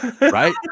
right